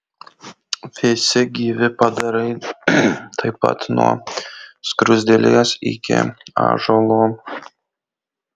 visi gyvi padarai taip pat nuo skruzdėlės iki ąžuolo